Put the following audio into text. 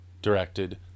directed